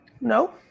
No